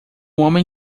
homem